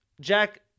Jack